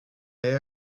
est